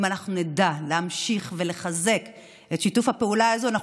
אם אנחנו נדע להמשיך ולחזק את שיתוף הפעולה הזה אנחנו